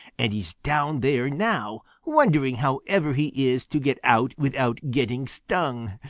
and he's down there now, wondering how ever he is to get out without getting stung.